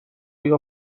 ایا